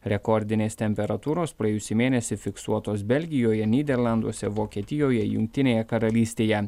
rekordinės temperatūros praėjusį mėnesį fiksuotos belgijoje nyderlanduose vokietijoje jungtinėje karalystėje